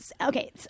okay